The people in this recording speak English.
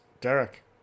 Derek